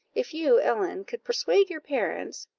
if you, ellen, could persuade your parents,